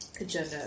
agenda